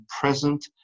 present